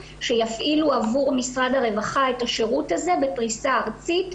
שיפעילו עבור משרד הרווחה את השירות הזה בפריסה ארצית,